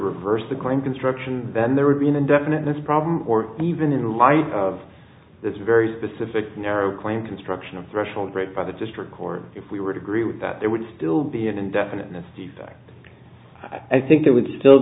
reverse the current construction then there would be an indefinite this problem or even in light of this very specific narrow claim construction of threshold rate by the district court if we were to agree with that there would still be an indefiniteness defect i think it would still